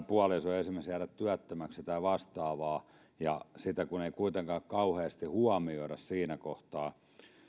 puoliso esimerkiksi jäädä työttömäksi tai vastaavaa ja sitä kun ei kuitenkaan kauheasti huomioida siinä kohtaa